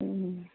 ഉം